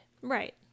right